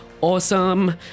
awesome